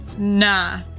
Nah